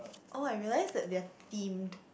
orh I realise that they are themed